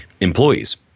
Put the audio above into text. employees